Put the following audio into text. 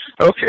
Okay